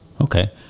Okay